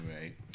Right